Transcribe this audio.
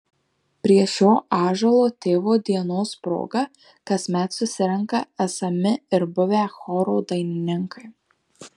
prie šio ąžuolo tėvo dienos proga kasmet susirenka esami ir buvę choro dainininkai